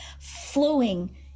flowing